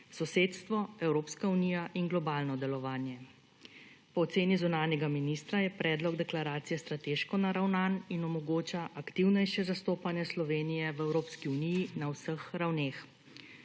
sosedstvo, Evropska unija in globalno delovanje. Po oceni zunanjega ministra je predlog deklaracije strateško naravnan in omogoča aktivnejše zastopanje Slovenije v Evropski uniji na vseh ravneh.